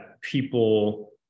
people